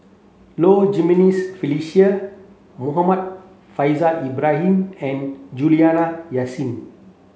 Low Jimenez Felicia Muhammad Faishal Ibrahim and Juliana Yasin